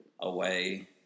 away